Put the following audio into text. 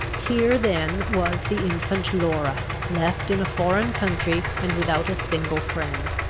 here then was the infant laura, left in a foreign country, and without a single friend.